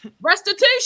Restitution